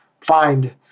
find